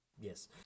Yes